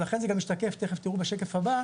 ולכן זה גם משתקף, תכף תראו גם בשקף הבא,